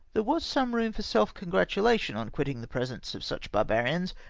there was some room for self congratulation on quitting the presence of such bar barians,